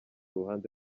ruhande